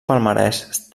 palmarès